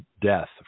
death